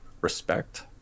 respect